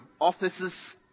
offices